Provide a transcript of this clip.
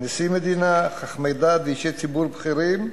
נשיא מדינה, חכמי דת ואישי ציבור בכירים,